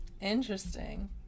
Interesting